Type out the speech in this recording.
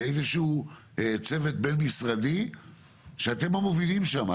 לצוות בין משרדי שאתם המובילים שם,